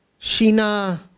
Sheena